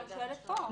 אני שואלת פה.